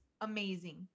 amazing